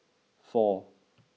four